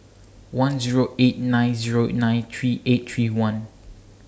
one Zero eight nine Zero nine three eight three one